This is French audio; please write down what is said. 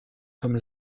comme